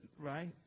Right